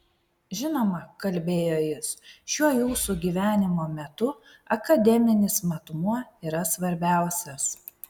žinoma kalbėjo jis šiuo jūsų gyvenimo metu akademinis matmuo yra svarbiausias